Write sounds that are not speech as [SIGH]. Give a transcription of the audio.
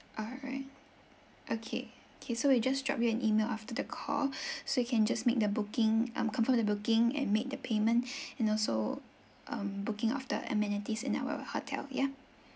alright okay okay so we'll just drop you an email after the call [BREATH] so you can just make the booking um confirm the booking and make the payment [BREATH] and also um booking of the amenities in our hotel yeah